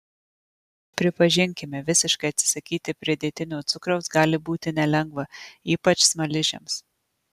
pripažinkime visiškai atsisakyti pridėtinio cukraus gali būti nelengva ypač smaližiams